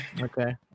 Okay